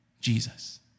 Jesus